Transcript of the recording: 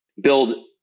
build